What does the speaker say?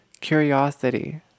curiosity